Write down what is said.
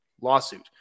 lawsuit